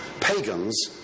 Pagans